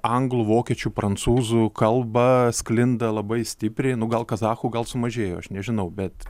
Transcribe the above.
anglų vokiečių prancūzų kalba sklinda labai stipriai nu gal kazachų gal sumažėjo aš nežinau bet